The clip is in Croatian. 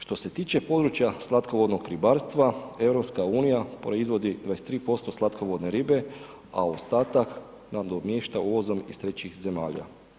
Što se tiče područja slatkovodnog ribarstva, EU proizvodi 23% slatkovodne ribe a ostatak nadomješta uvozom iz trećih zemalja.